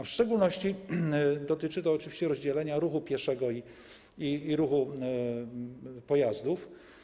W szczególności dotyczy to oczywiście rozdzielenia ruchu pieszego i ruchu pojazdów.